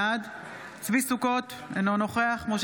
בעד צבי ידידיה סוכות,